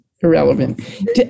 irrelevant